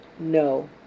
No